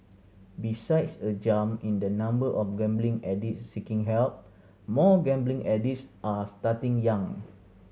besides a jump in the number of gambling addicts seeking help more gambling addicts are starting young